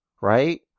right